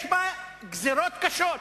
יש בה גזירות קשות.